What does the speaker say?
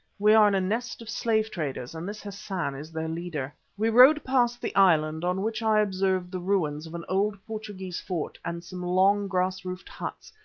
we are in a nest of slave-traders, and this hassan is their leader. we rowed past the island, on which i observed the ruins of an old portuguese fort and some long grass-roofed huts,